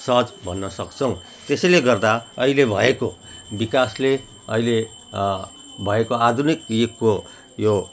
सहज भन्नसक्छौँ त्यसैले गर्दा अहिले भएको विकासले अहिले भएको आधुनिक युगको यो